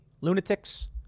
lunatics